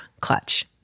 clutch